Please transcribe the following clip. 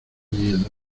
miedo